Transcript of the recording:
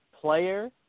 player